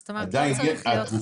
זאת אומרת, לא צריכים להיות חסרים.